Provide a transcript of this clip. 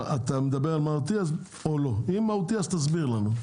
אם מהותי, אז תסביר לנו.